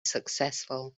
successful